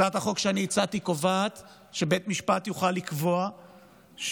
הצעת החוק שאני הצעתי קובעת שבית משפט יוכל לקבוע שמחבל